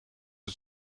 het